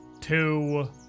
two